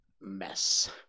mess